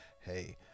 hey